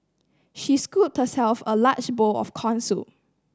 she scooped herself a large bowl of corn soup